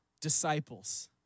disciples